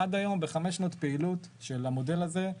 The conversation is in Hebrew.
עד היום ב 5 שנות פעילות של המודל הזה,